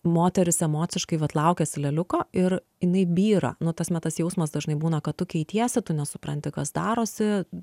moteris emociškai vat laukiasi lėliuko ir jinai byra nu ta prasme tas jausmas dažnai būna kad tu keitiesi tu nesupranti kas darosi